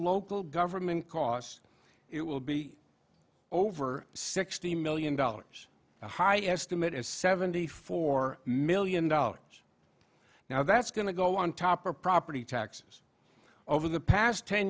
local government because it will be over sixty million dollars the high estimate is seventy four million dollars now that's going to go on top are property taxes over the past ten